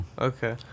Okay